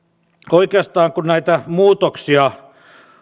oikeastaan kun näitä muutoksia